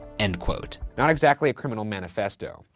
and not exactly a criminal manifesto.